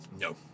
No